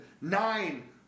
nine